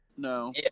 no